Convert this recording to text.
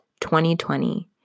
2020